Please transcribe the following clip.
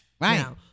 right